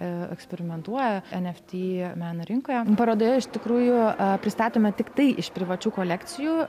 eksperimentuoja en ef tį meno rinkoje parodoje iš tikrųjų pristatome tiktai iš privačių kolekcijų